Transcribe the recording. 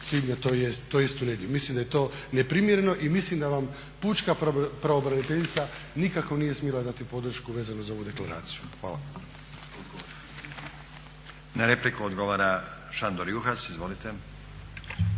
svibnja, tj. u nedjelju. Mislim da je to neprimjereno i mislim da vam pučka pravobraniteljica nikako nije smjela dati podršku vezano za ovu deklaraciju. Hvala. **Stazić, Nenad (SDP)** Na repliku odgovara Šandor Juhas. Izvolite.